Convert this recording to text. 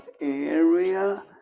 Area